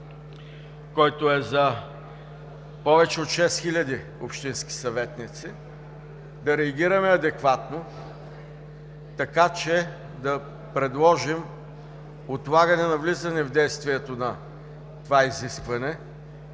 който е за повече от 6000 общински съветници, да реагираме адекватно, така че да предложим отлагането на влизане в действие на това изискване